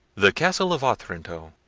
the castle of otranto.